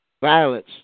Violence